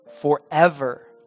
forever